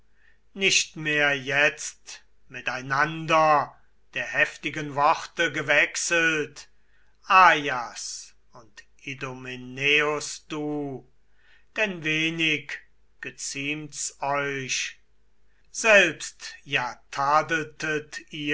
nicht mehr jetzt miteinander der heftigen worte gewechselt ajas und idomeneus du denn wenig geziemt's euch selbst